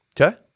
Okay